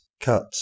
cut